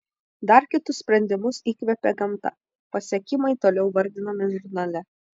dar kitus sprendimus įkvėpė gamta pasiekimai toliau vardinami žurnale